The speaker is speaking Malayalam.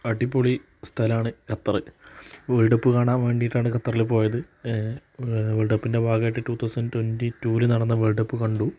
അടിപൊളി സ്ഥലമാണ് ഖത്തറ് വേൾഡ് കപ്പ് കാണാൻ വേണ്ടിയിട്ടാണ് ഖത്തറിൽ പോയത് വേൾഡ് കപ്പിന്റെ ഭാഗമായിട്ട് റ്റൂ തൌസൻ്റ് ട്വൻ്റി റ്റൂവിൽ നടന്ന വേൾഡ് കപ്പ് കണ്ടു